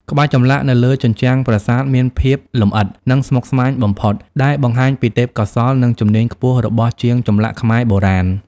ក្បាច់ចម្លាក់នៅលើជញ្ជាំងប្រាសាទមានភាពលម្អិត និងស្មុគស្មាញបំផុត ដែលបង្ហាញពីទេពកោសល្យ និងជំនាញខ្ពស់របស់ជាងចម្លាក់ខ្មែរបុរាណ។